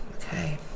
Okay